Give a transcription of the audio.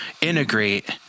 integrate